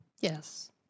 Yes